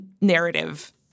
narrative